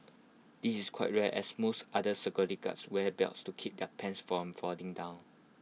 this is quite rare as most other security guards wear belts to keep their pants from falling down